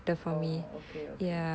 oh okay okay